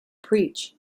preach